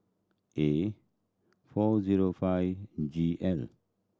A four zero five G L